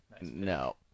No